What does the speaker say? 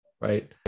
right